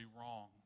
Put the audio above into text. wrong